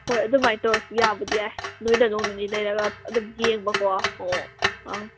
ꯍꯣꯏ ꯑꯗꯨꯃꯥꯏꯅ ꯇꯧꯔꯁꯨ ꯌꯥꯕꯕꯨꯗꯤ ꯌꯥꯏ ꯅꯣꯏꯗ ꯅꯣꯡꯃ ꯅꯤꯅꯤ ꯂꯦꯔꯒ ꯑꯗꯨꯝ ꯌꯦꯡꯕꯀꯣ ꯃꯑꯣꯡ ꯑꯥ